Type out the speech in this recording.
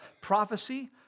prophecy